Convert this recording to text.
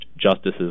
justices